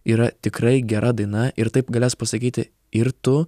yra tikrai gera daina ir taip galės pasakyti ir tu